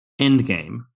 Endgame